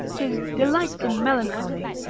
tis delightsome melancholy,